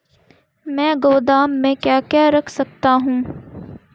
मैं गोदाम में क्या क्या रख सकता हूँ?